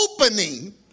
opening